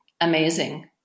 amazing